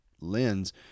lens